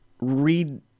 read –